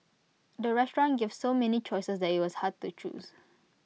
the restaurant gave so many choices that IT was hard to choose